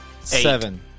seven